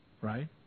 right